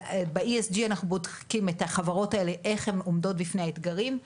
ב-ESG אנחנו בודקים את החברות האלה איך הן עומדות בפני אתגרים,